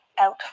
out